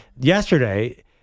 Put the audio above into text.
Yesterday